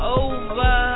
over